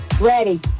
Ready